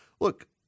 Look